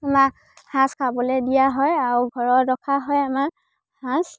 সাজ খাবলৈ দিয়া হয় আৰু ঘৰৰ ৰখা হয় আমাৰ সাজ